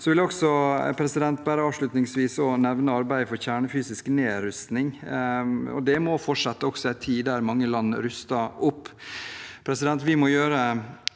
og ønsket. Jeg vil bare avslutningsvis nevne arbeidet for kjernefysisk nedrustning. Det må fortsette også i en tid der mange land ruster opp.